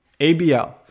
ABL